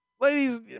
Ladies